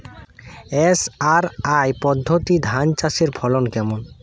SRI পদ্ধতি ধান চাষের ফলন কেমন?